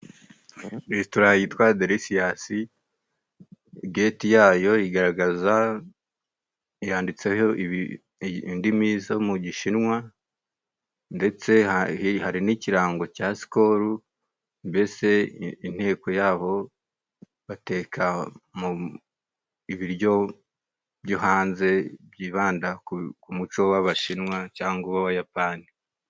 Resitora yitwa Derisiyasi, geti yayo igaragaza yanditseho indimi zo mu Gishinwa, ndetse hari n'ikirango cya Sikolo. Mbese inteko yabo bateka ibiryo byo hanze byibanda ku muco w'Abashinwa cyangwa uw'Abayapani.